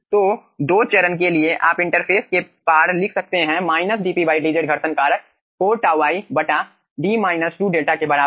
तो दो चरण के लिए आप इंटरफ़ेस के पार लिख सकते हैं माइनस dP dz घर्षण कारक 4 τ i D 2 𝛿 के बराबर है